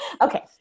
Okay